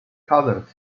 cousins